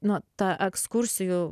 na to ekskursijų